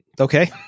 Okay